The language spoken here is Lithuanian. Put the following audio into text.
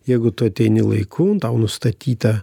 jeigu tu ateini laiku tau nustatyta